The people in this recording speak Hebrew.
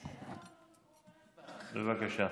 בבקשה.